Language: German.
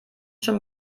schon